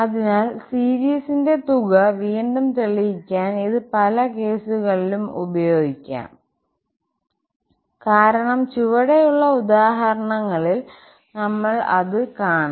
അതിനാൽ സീരീസിന്റെ തുക വീണ്ടും തെളിയിക്കാൻ ഇത് പല കേസുകളിലും ഉപയോഗിക്കാം കാരണം ചുവടെയുള്ള ഉദാഹരണങ്ങളിൽ നമ്മൾ അത് കാണും